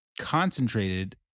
concentrated